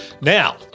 Now